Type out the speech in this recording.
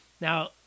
now